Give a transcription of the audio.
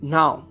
now